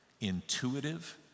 intuitive